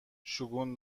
شگون